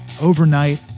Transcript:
Overnight